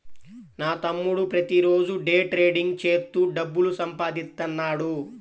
నా తమ్ముడు ప్రతిరోజూ డే ట్రేడింగ్ చేత్తూ డబ్బులు సంపాదిత్తన్నాడు